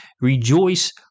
Rejoice